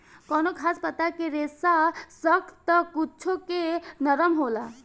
कवनो खास पता के रेसा सख्त त कुछो के नरम होला